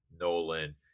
Nolan